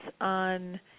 on